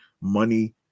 money